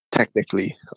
Technically